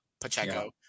Pacheco